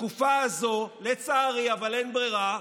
בתקופה הזו, לצערי, אבל אין ברירה,